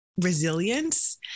resilience